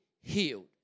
healed